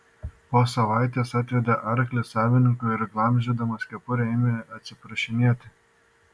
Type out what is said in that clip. po savaitės atvedė arklį savininkui ir glamžydamas kepurę ėmė atsiprašinėti